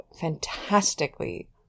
fantastically